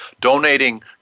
donating